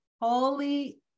Holy